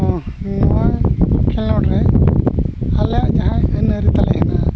ᱱᱚᱣᱟ ᱠᱷᱮᱞᱳᱰ ᱨᱮ ᱟᱞᱮᱭᱟᱜ ᱡᱟᱦᱟᱸᱭ ᱟᱹᱱ ᱟᱹᱨᱤ ᱛᱟᱞᱮ ᱦᱮᱱᱟᱜᱼᱟ